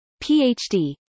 Ph.D